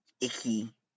icky